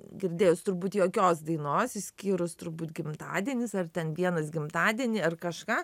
girdėjęs turbūt jokios dainos išskyrus turbūt gimtadienis ar ten vienas gimtadienį ar kažką